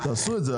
תעשו את זה.